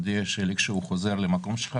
הודיע שכאשר הוא יחזור למקום שלך